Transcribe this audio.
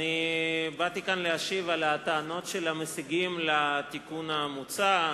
באתי לכאן להשיב על הטענות של המשיגים כלפי התיקון המוצע.